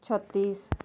ଛତିଶ